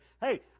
hey